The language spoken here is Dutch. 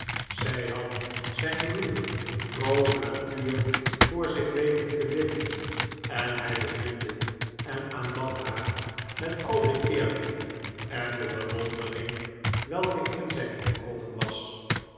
zij had zijn ruwe grove natuur voor zich weten te winnen en hij beminde en aanbad haar met al den eerbied en de bewondering welke in zijn vermogen was